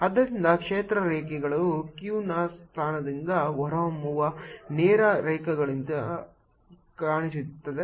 ಆದ್ದರಿಂದ ಕ್ಷೇತ್ರ ರೇಖೆಗಳು q ನ ಸ್ಥಾನದಿಂದ ಹೊರಹೊಮ್ಮುವ ನೇರ ರೇಖೆಗಳಂತೆ ಕಾಣಿಸುತ್ತದೆ